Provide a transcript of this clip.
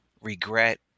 regret